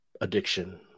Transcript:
addiction